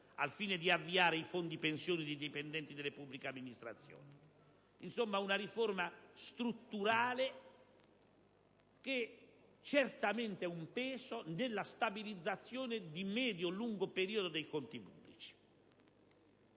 al fine di avviare i fondi pensione dei dipendenti delle pubbliche amministrazioni. Insomma, una riforma strutturale che certamente è un punto fermo nella stabilizzazione di medio-lungo periodo dei conti pubblici.